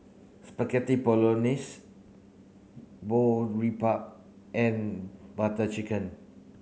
Spaghetti Bolognese Boribap and Butter Chicken